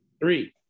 Three